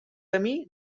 camí